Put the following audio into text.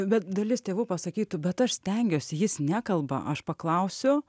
bet dalis tėvų pasakytų bet aš stengiuosi jis nekalba aš paklausiu